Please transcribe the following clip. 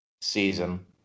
season